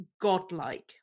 godlike